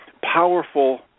powerful